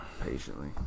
patiently